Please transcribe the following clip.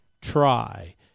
try